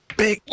big